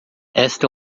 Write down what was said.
esta